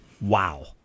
Wow